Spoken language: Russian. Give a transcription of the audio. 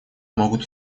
могут